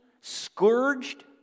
scourged